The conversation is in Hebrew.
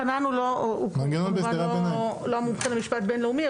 חנן הוא כמובן לא המומחה למשפט בין לאומי,